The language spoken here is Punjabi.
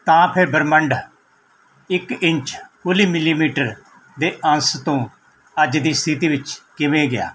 ਤਾਂ ਫਿਰ ਬ੍ਰਹਿਮੰਡ ਇੱਕ ਇੰਚ ਕੁੱਲ ਮਿਲੀਮੀਟਰ ਦੇ ਅੰਸ਼ ਤੋਂ ਅੱਜ ਦੀ ਸਥਿਤੀ ਵਿੱਚ ਕਿਵੇਂ ਗਿਆ